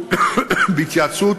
בהתייעצות